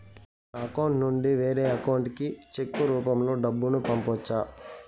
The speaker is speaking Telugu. నా అకౌంట్ నుండి వేరే అకౌంట్ కి చెక్కు రూపం లో డబ్బును పంపొచ్చా?